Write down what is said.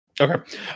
Okay